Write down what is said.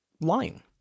lying